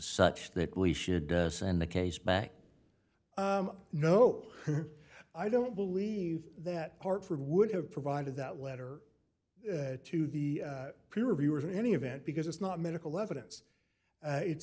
such that we should send the case back no i don't believe that hartford would have provided that letter to the peer reviewers in any event because it's not medical evidence it's